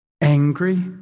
angry